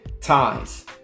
ties